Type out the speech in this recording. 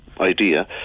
idea